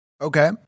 Okay